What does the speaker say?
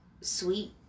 sweet